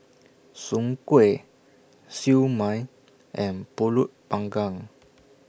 Soon Kway Siew Mai and Pulut Panggang